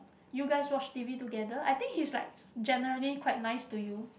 you guys watch T_V together I think he's like generally quite nice to you